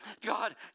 God